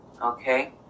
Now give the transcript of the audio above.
okay